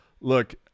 look